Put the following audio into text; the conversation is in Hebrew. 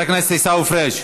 מוותר, חבר הכנסת עיסאווי פריג'